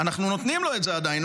אנחנו נותנים לו את זה עדיין,